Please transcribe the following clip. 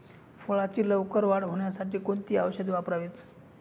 फळाची लवकर वाढ होण्यासाठी कोणती औषधे वापरावीत?